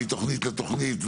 מתוכנית לתוכנית,